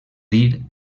dir